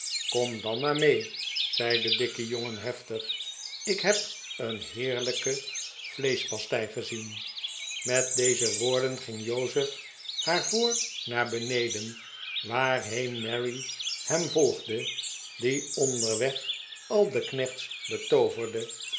kom dan maar mee zei de dikke jongen heftig ik heb een heerlijke vleesehpastei gezien met deze woorden ging jozef haar voor naar beneden waarheen mary hem volgde die onderweg al de knechts betooverde